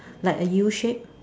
like a U shape